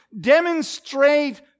demonstrate